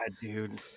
dude